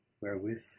Wherewith